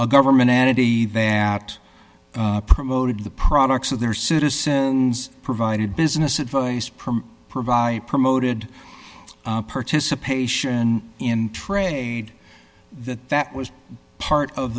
a government entity that promoted the products of their citizen provided business advice per provide promoted participation in trade that that was part of